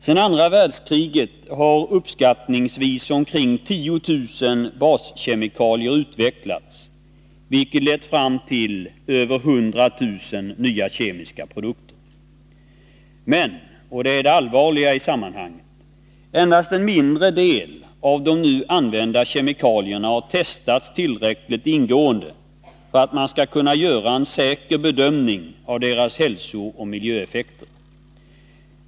Sedan andra världskriget har uppskattningsvis omkring 10 000 baskemikalier utvecklats, vilket lett fram till över 100 000 nya kemiska produkter. Men — och det är det allvarliga i sammanhanget — endast en mindre andel av de nu använda kemikalierna har testats tillräckligt ingående för att man skall kunna göra en säker bedömning av deras hälsooch miljöeffekter.